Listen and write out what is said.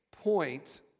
point